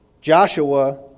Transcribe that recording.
Joshua